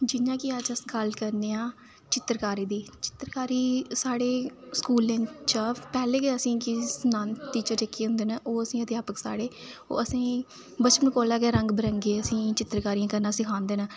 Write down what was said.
जि'यां कि अज्ज अस गल्ल करने आं चित्रकारी चित्रकारी साढ़े स्कूलें च टीचर होंदे साढ़े अध्यापक जेह्ड़े ओह् बचपन कोला गै रंग बिरंगी चित्रकारी करना असेंगी सखांदे न